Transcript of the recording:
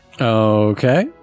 Okay